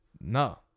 no